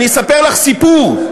אני אספר לך סיפור.